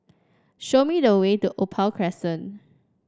show me the way to Opal Crescent